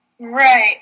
Right